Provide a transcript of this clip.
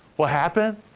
what happened?